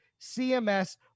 CMS